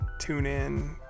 TuneIn